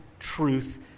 Truth